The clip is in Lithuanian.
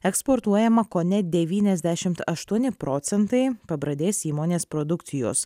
eksportuojama kone devyniasdešimt aštuoni procentai pabradės įmonės produkcijos